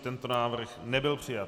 Tento návrh nebyl přijat.